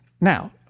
Now